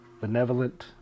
Benevolent